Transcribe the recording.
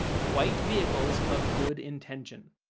white vehicles of good intention.